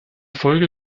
folge